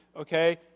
okay